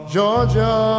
Georgia